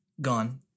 Gone